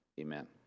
amen